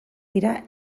dira